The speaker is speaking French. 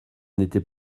n’était